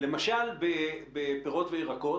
בפירות וירקות